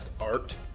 art